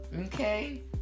Okay